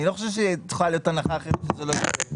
אני לא חושב שצריכה להיות הנחה אחרת וזה לא יקרה.